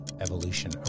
evolution